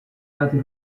lati